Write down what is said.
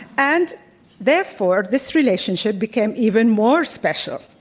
and therefore, this relationship became even more special.